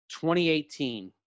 2018